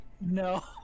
No